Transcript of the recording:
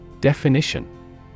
Definition